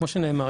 כמו שנאמר,